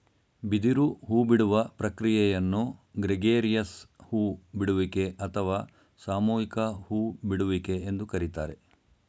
ಬಿದಿರು ಹೂಬಿಡುವ ಪ್ರಕ್ರಿಯೆಯನ್ನು ಗ್ರೆಗೇರಿಯಸ್ ಹೂ ಬಿಡುವಿಕೆ ಅಥವಾ ಸಾಮೂಹಿಕ ಹೂ ಬಿಡುವಿಕೆ ಎಂದು ಕರಿತಾರೆ